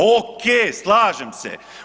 O.k. slažem se.